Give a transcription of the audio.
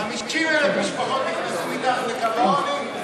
50,000 משפחות נכנסו מתחת לקו העוני.